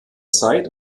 zeit